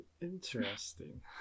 Interesting